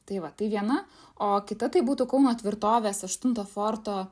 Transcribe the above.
tai va tai viena o kita tai būtų kauno tvirtovės aštunto forto